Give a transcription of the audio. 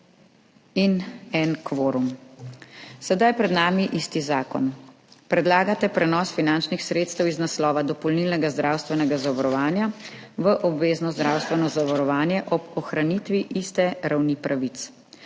in en kvorum. Sedaj je pred nami isti zakon. Predlagate prenos finančnih sredstev iz naslova dopolnilnega zdravstvenega zavarovanja v obvezno zdravstveno zavarovanje ob ohranitvi iste ravni pravic,